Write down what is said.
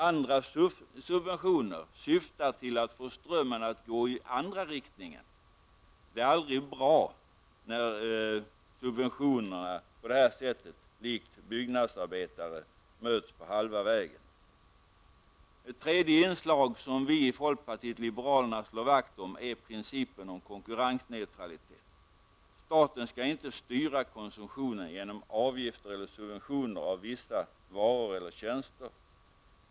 Andra subventioner syftar till att få strömmen att gå i andra riktningen. Det är aldrig bra när subventionerna på det här sättet -- likt byggnadsarbetare -- möts på halva vägen. Ett tredje inslag som vi i folkpartiet liberalerna slår vakt om är principen om konsumtionsneutralitet. Staten skall inte styra konsumtionen genom avgifter eller subventioner av vissa varor eller tjänster.